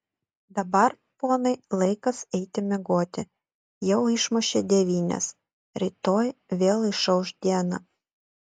dabar ponai laikas eiti miegoti jau išmušė devynias rytoj vėl išauš diena